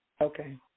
Okay